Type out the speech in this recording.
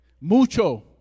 Mucho